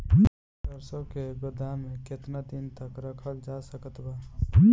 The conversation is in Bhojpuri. सरसों के गोदाम में केतना दिन तक रखल जा सकत बा?